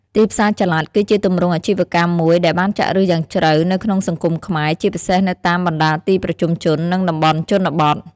ទីផ្សារចល័ត គឺជាទម្រង់អាជីវកម្មមួយដែលបានចាក់ឫសយ៉ាងជ្រៅនៅក្នុងសង្គមខ្មែរ ជាពិសេសនៅតាមបណ្តាទីប្រជុំជន និងតំបន់ជនបទ។